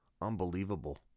unbelievable